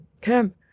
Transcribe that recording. Kim